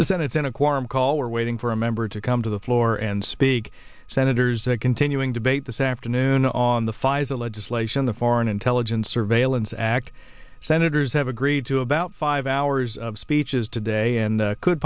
in a quorum call we're waiting for a member to come to the floor and speak senators to continuing debate this afternoon on the pfizer legislation the foreign intelligence surveillance act senators have agreed to about five hours of speeches today and could